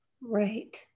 right